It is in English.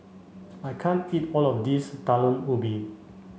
I can't eat all of this Talam Ubi